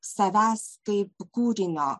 savęs kaip kūrinio